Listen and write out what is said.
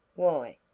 why,